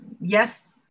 yes